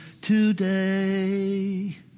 today